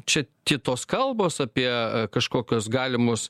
čia kitos kalbos apie kažkokius galimus